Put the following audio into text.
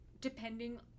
depending